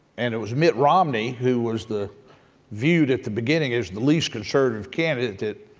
and it was mitt romney who was the viewed at the beginning as the least conservative candidate that